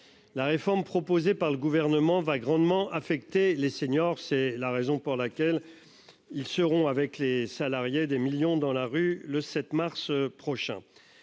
La réforme proposée par le gouvernement va grandement affecté les seniors. C'est la raison pour laquelle. Ils seront avec les salariés des millions dans la rue le 7 mars prochain.